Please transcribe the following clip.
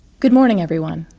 good morning, everyone.